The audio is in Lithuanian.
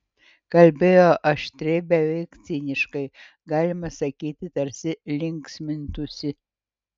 kalbėjo aštriai beveik ciniškai galima sakyti tarsi linksmintųsi